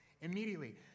immediately